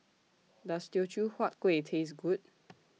Does Teochew Huat Kueh Taste Good